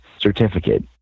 certificate